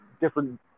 different